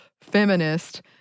feminist